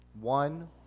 One